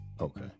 Okay